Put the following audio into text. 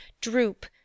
droop